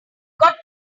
got